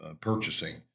purchasing